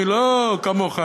אני לא כמוך,